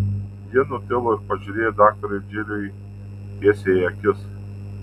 ji nutilo ir pažiūrėjo daktarui džiliui tiesiai į akis